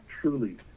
truly